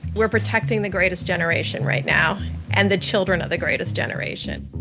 we're protecting the greatest generation right now and the children of the greatest generation.